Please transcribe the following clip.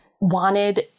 wanted